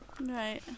right